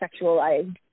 sexualized